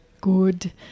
Good